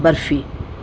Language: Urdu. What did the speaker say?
برفی